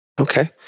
Okay